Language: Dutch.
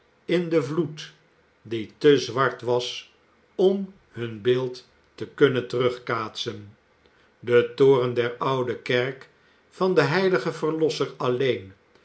in den vloed die te zwart was om j hun beeld te kunnen terugkaatsen de toren der oude kerk van den heiligen verlosser alleen